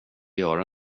göra